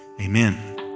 Amen